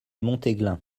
montéglin